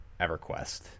EverQuest